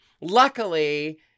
luckily